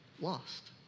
lost